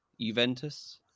Juventus